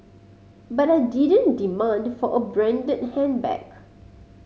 but I didn't demand for a branded handbag